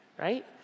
Right